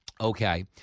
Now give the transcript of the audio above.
Okay